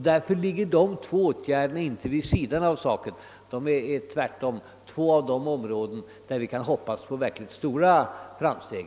Därför ligger dessa två områden inte vid sidan av den aktuella frågan utan tillhör tvärtom de områden, där vi under kommande tid kan hoppas på verkligt stora framsteg.